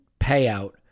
payout